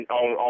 on